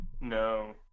No